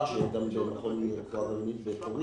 אם יהיה מכשיר גם בבית החולים בפורייה,